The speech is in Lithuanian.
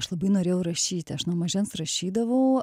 aš labai norėjau rašyti aš nuo mažens rašydavau